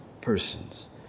persons